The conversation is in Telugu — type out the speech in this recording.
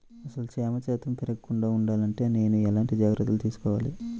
అసలు తేమ శాతం పెరగకుండా వుండాలి అంటే నేను ఎలాంటి జాగ్రత్తలు తీసుకోవాలి?